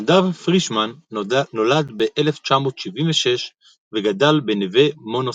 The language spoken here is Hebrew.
נדב פרישמן נולד ב-1976 וגדל בנוה מונוסון.